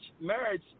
marriage